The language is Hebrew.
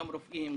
גם רופאים,